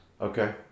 okay